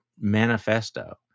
manifesto